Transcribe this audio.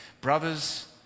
Brothers